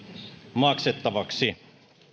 maksettavaksi